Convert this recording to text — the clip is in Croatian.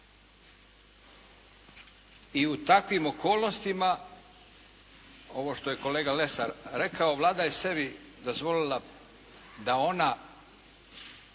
i u takvim okolnostima ovo što je kolega Lesar rekao Vlada je sebi dozvolila da ona